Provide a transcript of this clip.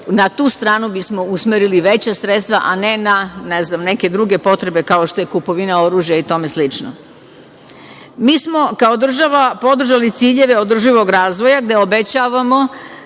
na tu stranu bismo usmerili veća sredstva, a ne na neke druge potrebe, kao što je kupovina oružja i tome slično. Mi smo kao država podržali ciljeve održivog razvoja, gde obećavamo